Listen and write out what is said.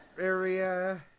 area